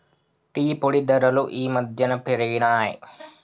tea పొడి ధరలు ఈ మధ్యన పెరిగినయ్